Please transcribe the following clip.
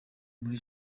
muri